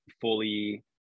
fully